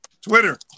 Twitter